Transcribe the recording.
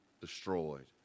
destroyed